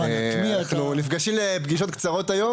נפגשים לפגישות קצרות היום.